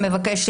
שמבקשת